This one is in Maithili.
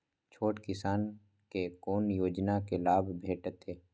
छोट किसान के कोना योजना के लाभ भेटते?